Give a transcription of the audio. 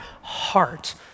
heart